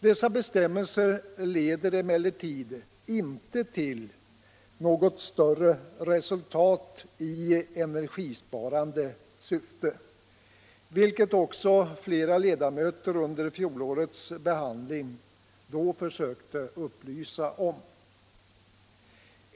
Dessa bestämmelser leder emellertid inte till något större resultat i energibesparande syfte, vilket flera ledamöter under fjolårets behandling försökte upplysa om.